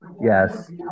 Yes